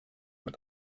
mit